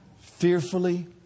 Fearfully